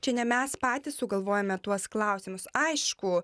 čia ne mes patys sugalvojome tuos klausimus aišku